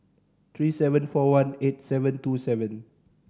three seven four one eight seven two seven